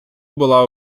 була